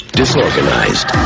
disorganized